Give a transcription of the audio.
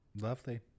lovely